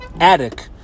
attic